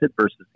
versus